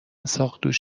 ساقدوش